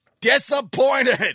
Disappointed